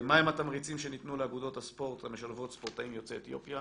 מה הם התמריצים שניתנו לאגודות הספורט המשלבות ספורטאים יוצאי אתיופיה?